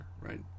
right